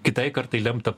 kitai kartai lemta